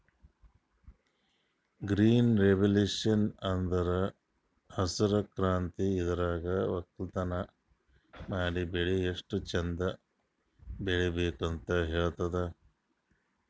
green revolution ಅಂದ್ರ ಹಸ್ರ್ ಕ್ರಾಂತಿ ಇದ್ರಾಗ್ ವಕ್ಕಲತನ್ ಮಾಡಿ ಬೆಳಿ ಎಷ್ಟ್ ಚಂದ್ ಬೆಳಿಬೇಕ್ ಅಂತ್ ಹೇಳ್ತದ್